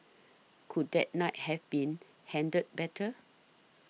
could that night have been handled better